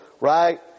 right